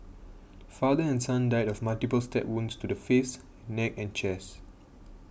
father and son died of multiple stab wounds to the face neck and chest